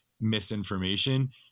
misinformation